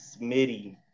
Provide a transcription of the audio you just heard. Smitty